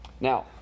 Now